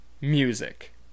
Music